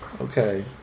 Okay